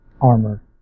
armor